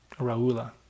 Raula